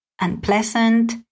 unpleasant